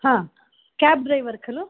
cab driver खलु